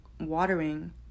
watering